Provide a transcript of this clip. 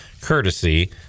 courtesy